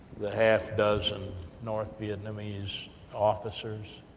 the half dozen north vietnamese officers,